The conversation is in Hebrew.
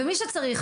ומי שצריך,